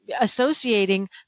associating